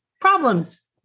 problems